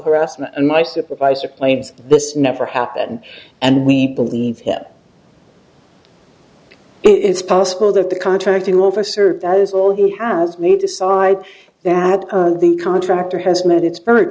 harassment and my supervisor planes this never happened and we believe him it's possible that the contracting officer that is all he has may decide that the contractor has met its